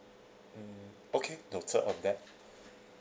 mm okay noted on that